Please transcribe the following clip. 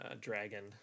Dragon